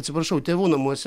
atsiprašau tėvų namuose